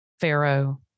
Pharaoh